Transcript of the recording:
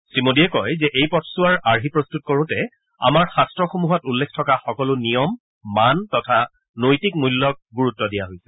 শ্ৰী মোদীয়ে কয় এই পথছোৱাৰ আৰ্হি প্ৰস্তুত কৰোতে আমাৰ শাস্ত্ৰসমূহত উল্লেখ থকা সকলো নিয়ম মান তথা নৈতিক মূল্যক গুৰুত্ব দিয়া হৈছে